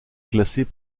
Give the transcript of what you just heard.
classées